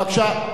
בבקשה,